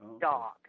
dog